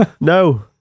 No